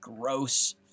gross